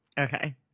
Okay